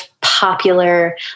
popular